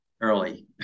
early